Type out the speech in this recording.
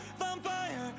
vampire